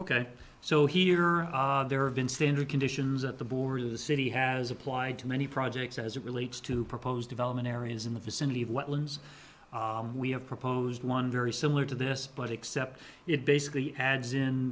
ok so here there have been standard conditions at the border the city has applied to many projects as it relates to proposed development areas in the vicinity of what limbs we have proposed one very similar to this but except it basically adds in